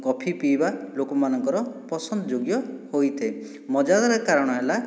coffee ପିଇବା ଲୋକମାନଙ୍କର ପସନ୍ଦ ଯୋଗ୍ୟ ହୋଇଥାଏ ମଜାଦାର କାରଣ ହେଲା